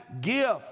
gift